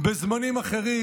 בזמנים אחרים